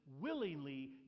willingly